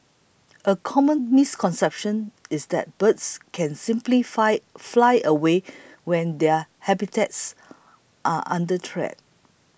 a common misconception is that birds can simply fine fly away when their habitats are under threat